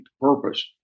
purpose